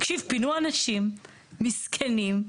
פינו אנשים מסכנים,